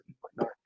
whatnot